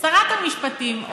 שרת המשפטים,